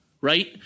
Right